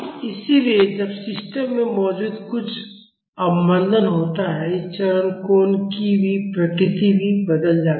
इसलिए जब सिस्टम में मौजूद कुछ अवमंदन होता है इस चरण कोण की प्रकृति भी बदल जाती है